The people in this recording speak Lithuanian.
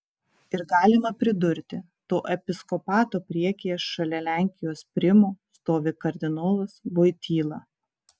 ir galima pridurti to episkopato priekyje šalia lenkijos primo stovi kardinolas voityla